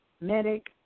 medic